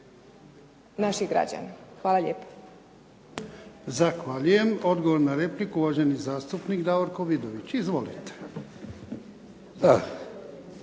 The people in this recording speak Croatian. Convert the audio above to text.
**Jarnjak, Ivan (HDZ)** Zahvaljujem. Odgovor na repliku uvaženi zastupnik Davorko Vidović. Izvolite.